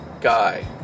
guy